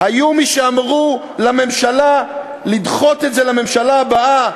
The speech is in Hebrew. היו מי שאמרו לממשלה לדחות את זה לממשלה הבאה,